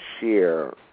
share